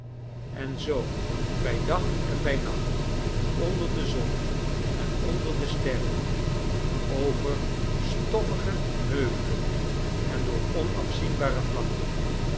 en zoo bij dag en bij nacht onder de zon en onder de sterren over stoffige heu j velen en door onafzienbare vlakten